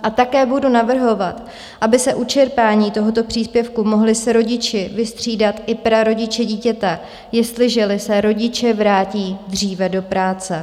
A také budu navrhovat, aby se u čerpání tohoto příspěvku mohli s rodiči vystřídat i prarodiče dítěte, jestliže se rodiče vrátí dříve do práce.